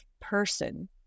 person